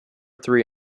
three